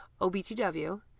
OBTW